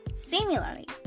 Similarly